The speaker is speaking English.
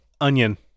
Onion